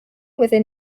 within